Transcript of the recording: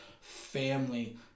family